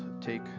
take